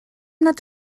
nad